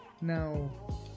Now